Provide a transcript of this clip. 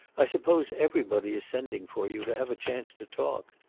i suppose everybody is sending for you, to have a chance to talk.